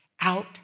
out